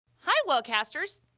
hi wellcasters!